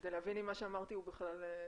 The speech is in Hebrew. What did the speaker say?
כדי להבין אם מה שאמרתי הוא בכלל הגיוני.